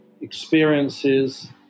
experiences